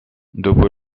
dopo